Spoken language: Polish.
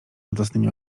radosnymi